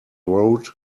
road